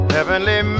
Heavenly